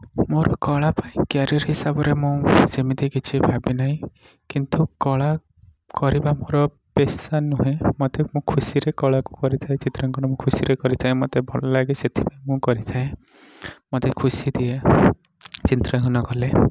ମୋ'ର କଳା ପାଇଁ କ୍ୟାରିୟର ହିସାବରେ ମୁଁ ସେମିତି କିଛି ଭାବିନାହିଁ କିନ୍ତୁ କଳା କରିବା ମୋ'ର ପେଶା ନୁହେଁ ମୋତେ ମୁଁ ଖୁସିରେ କଳାକୁ କରିଥାଏ ଚିତ୍ରାଙ୍କନ ମୁଁ ଖୁସିରେ କରିଥାଏ ମୋତେ ଭଲ ଲାଗେ ସେଥିପାଇଁ ମୁଁ କରିଥାଏ ମୋତେ ଖୁସି ଦିଏ ଚିତ୍ରାଙ୍କନ କଲେ